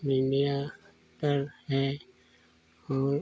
media तर है और